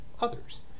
others